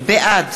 בעד